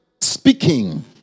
speaking